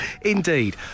Indeed